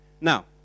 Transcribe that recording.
Now